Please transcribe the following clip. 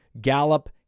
Gallup